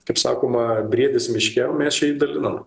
kaip sakoma briedis miške o mes čia jį dalinam